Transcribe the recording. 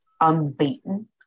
unbeaten